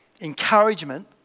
encouragement